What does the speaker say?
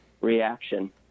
reaction